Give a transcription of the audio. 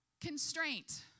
Constraint